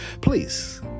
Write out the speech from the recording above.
please